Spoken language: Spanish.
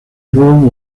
luego